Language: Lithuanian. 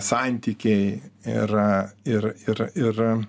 santykiai ir ir ir ir